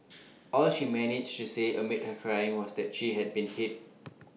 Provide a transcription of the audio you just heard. all she managed to say amid her crying was that she had been hit